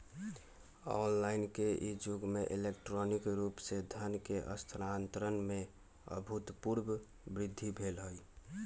online के इ जुग में इलेक्ट्रॉनिक रूप से धन के स्थानान्तरण में अभूतपूर्व वृद्धि भेल हइ